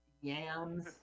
yams